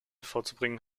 vorzubringen